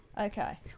Okay